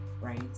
right